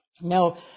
Now